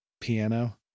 piano